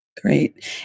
Great